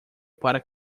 para